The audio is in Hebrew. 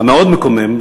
המאוד-מקומם,